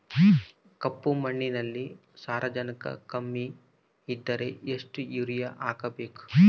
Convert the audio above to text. ಕಪ್ಪು ಮಣ್ಣಿನಲ್ಲಿ ಸಾರಜನಕ ಕಮ್ಮಿ ಇದ್ದರೆ ಎಷ್ಟು ಯೂರಿಯಾ ಹಾಕಬೇಕು?